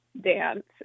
dance